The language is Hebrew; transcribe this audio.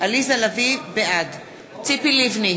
ציפי לבני,